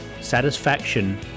Satisfaction